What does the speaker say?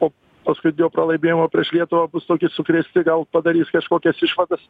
po paskutinio pralaimėjimo prieš lietuvą bus toki sukrėsti gal padarys kažkokias išvadas